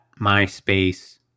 MySpace